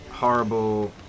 horrible